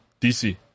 DC